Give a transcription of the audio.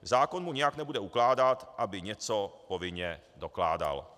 Zákon mu nijak nebude ukládat, aby něco povinně dokládal.